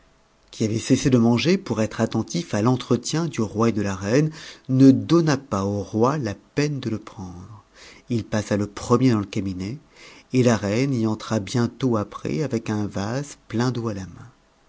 qui avait cessé de manger pour être attentif à l'entretien du roi et de la reine ne donna pas au roi la peine de le prendre il passa le premier dans le cabinet et la reine y entra bientôt après avec nn vase plein d'eau à la main